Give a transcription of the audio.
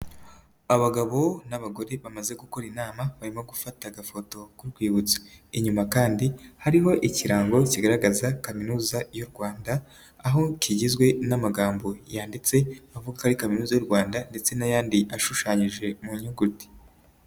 Abagabo n'abagore bamaze gukora inama, barimo gufata agafoto k'urwibutso, inyuma kandi hariho ikirango kigaragaza kaminuza y'u Rwanda, aho kigizwe n'amagambo yanditse avuga kaminuza y'u Rwanda ndetse n'ayandi ashushanyije mu nyuguti.